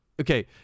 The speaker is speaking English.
Okay